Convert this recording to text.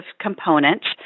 components